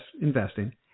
investing